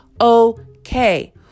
okay